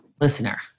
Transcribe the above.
listener